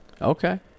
Okay